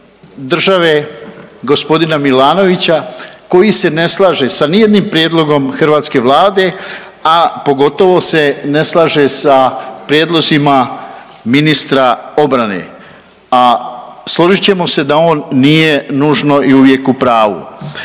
države gospodina Milanovića koji se ne slaže sa ni jednim prijedlogom hrvatske Vlade, a pogotovo se ne slaže sa prijedlozima ministra obrane. A složit ćemo se da on nije nužno uvijek u pravu.